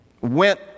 went